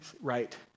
right